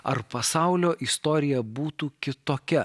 ar pasaulio istorija būtų kitokia